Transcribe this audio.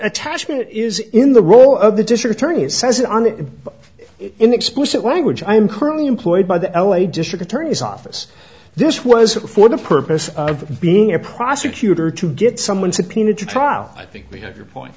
attachment is in the role of the district attorney says on it in explicit language i am currently employed by the l a district attorney's office this was for the purpose of being a prosecutor to get someone subpoenaed to trial i think we have your point